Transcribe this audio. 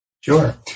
Sure